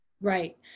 Right